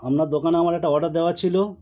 আপনার দোকানে আমার একটা অর্ডার দেওয়া ছিল